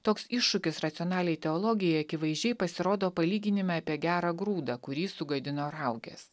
toks iššūkis racionaliai teologijai akivaizdžiai pasirodo palyginime apie gerą grūdą kurį suvaidino raugės